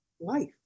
Life